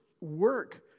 work